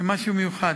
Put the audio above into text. למשהו מיוחד.